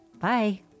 Bye